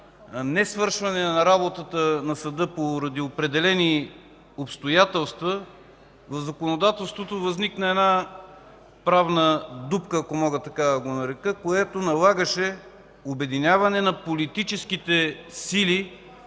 несвършване на работата на съда поради определени обстоятелства, в законодателството възникна една правна дупка, ако мога така да го нарека, която налагаше обединяване на политическите сили,